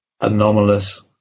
anomalous